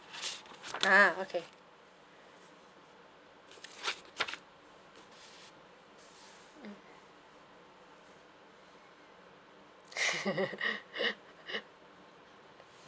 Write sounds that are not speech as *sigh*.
ah okay mm *laughs*